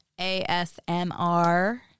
ASMR